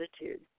attitude